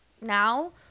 now